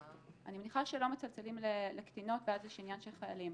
אני מניחה שלא מצלצלים לקטינות ואז יש עניין של חיילים.